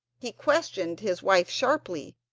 he questioned his wife sharply,